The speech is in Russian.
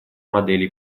моделей